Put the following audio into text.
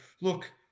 look